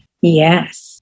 Yes